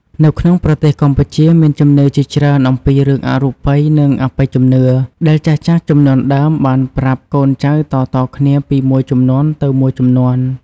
នៅក្នុងប្រទេសកម្ពុជា មានជំនឿជាច្រើនអំពីរឿងអរូបី និងអបិយជំនឿ ដែលចាស់ៗជំនាន់ដើមបានប្រាប់កូនចៅតៗគ្នាពីមួយជំនាន់ទៅមួយជំនាន់។